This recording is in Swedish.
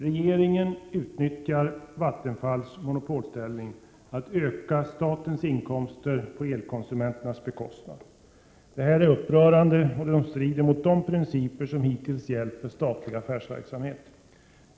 Regeringen utnyttjar Vattenfalls monopolställning till att öka statens inkomster på elkonsumenternas bekostnad. Detta är upprörande och strider mot de principer som hittills har gällt för statlig affärsverksamhet.